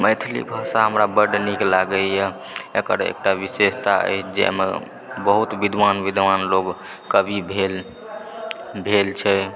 मैथिलि भाषा हमरा बड़ नीक लागैए एकर एकटा विशेषता अछि जे एहिमे बहुत विद्वान विद्वान लोक कवि भेल भेल छै